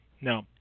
No